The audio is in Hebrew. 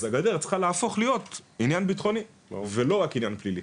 אז הגדר צריכה להפוך להיות עניין ביטחוני ולא רק עניין פלילי.